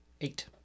Eight